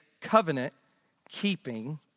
covenant-keeping